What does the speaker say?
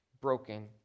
broken